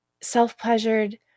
self-pleasured